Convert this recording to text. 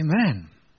Amen